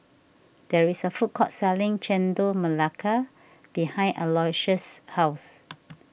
there is a food court selling Chendol Melaka behind Aloysius' house